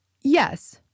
Yes